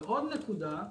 ועוד נקודה,